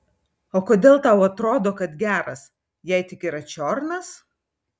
o kodėl tau atrodo kad geras jei tik yra čiornas